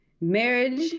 marriage